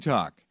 Talk